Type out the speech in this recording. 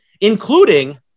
including